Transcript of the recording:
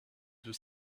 des